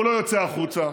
הוא לא יוצא החוצה.